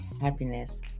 happiness